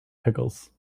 pickles